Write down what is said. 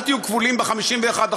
אל תהיו כבולים ב-51%,